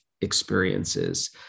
experiences